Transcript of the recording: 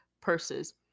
purses